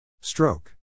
Stroke